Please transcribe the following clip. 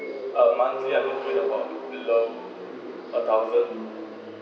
among so ya it's about loan a thousand